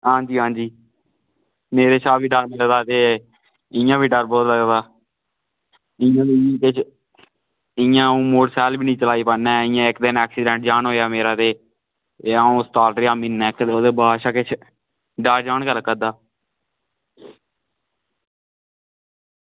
हां जी हां जी मेरे साह्ब गी डर निं लगदा ते इयां बी डर बौह्त लगदा इ'यां इ'यां अं'ऊ मोटरसैकल बी निं चलाई पान्ना इयां इक दिन ऐक्सीडेंट जान होएआ मेरा ते एह् अं'ऊ अस्पताल रेहां म्हीना इक दो ते उसदे बाद च डर जन गै लग्गा दा